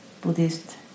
Buddhist